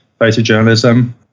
photojournalism